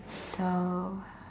so